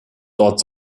dort